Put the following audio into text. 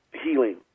healing